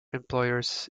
employers